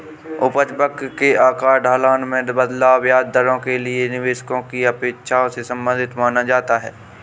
उपज वक्र के आकार, ढलान में बदलाव, ब्याज दरों के लिए निवेशकों की अपेक्षाओं से संबंधित माना जाता है